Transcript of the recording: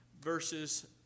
verses